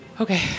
Okay